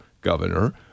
governor